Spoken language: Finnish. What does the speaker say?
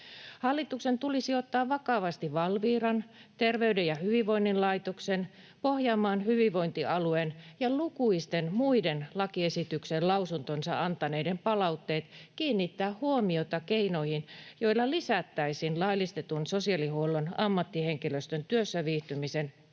Hallituksen tulisi ottaa vakavasti Valviran, Terveyden ja hyvinvoinnin laitoksen, Pohjanmaan hyvinvointialueen ja lukuisten muiden lakiesitykseen lausuntonsa antaneiden palautteet ja kiinnittää huomiota keinoihin, joilla lisättäisiin laillistetun sosiaalihuollon ammattihenkilöstön työssäviihtymisen veto-